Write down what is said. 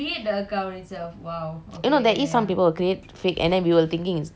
you know there is some people who create fake and we were thinking we will think like as if it's them [what] so